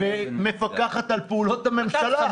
מפקחת על פעולות הממשלה.